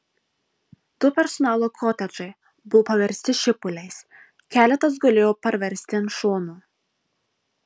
du personalo kotedžai buvo paversti šipuliais keletas gulėjo parversti ant šono